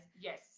Yes